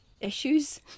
issues